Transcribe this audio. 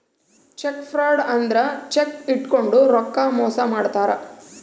check fraud ಅಂದ್ರ check ಇಟ್ಕೊಂಡು ರೊಕ್ಕ ಮೋಸ ಮಾಡ್ತಾರ